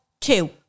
Two